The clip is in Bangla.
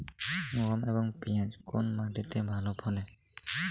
গম এবং পিয়াজ কোন মাটি তে ভালো ফলে?